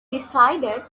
decided